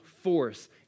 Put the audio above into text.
force